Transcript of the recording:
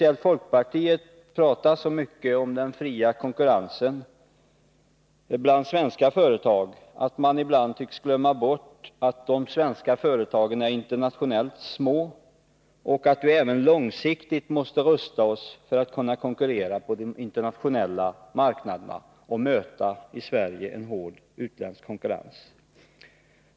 Särskilt folkpartiet pratar så mycket om den fria konkurrensen bland svenska företag att man ibland tycks glömma bort att de svenska företagen internationellt sett är små och att vi även långsiktigt måste rusta oss för att kunna konkurrera på de internationella marknaderna och i Sverige möta en hård utländsk konkurrens.